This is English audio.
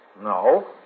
No